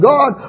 God